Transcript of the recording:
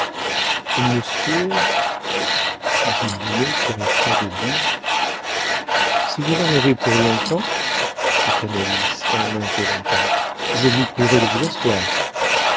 monsieur monsieur dit dumay qui resta debout si vous en avez pour longtemps fit canalis en interrompant je vous prierai de vous asseoir